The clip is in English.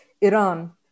Iran